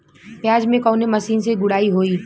प्याज में कवने मशीन से गुड़ाई होई?